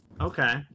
Okay